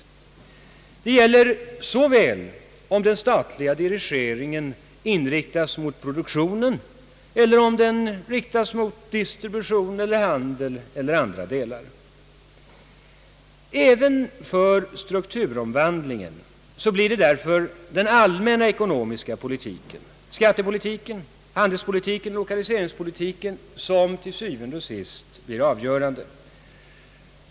Detta gäller antingen den statliga dirigeringen inriktas mot produktionen eller den riktas mot distribution, handel och andra sektorer. Även för strukturomvandlingen får därför den allmänna ekonomiska politiken, skattepolitiken, handelspolitiken och Jlokaliseringspolitiken til syvende og sidst avgörande betydelse.